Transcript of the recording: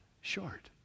short